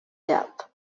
depth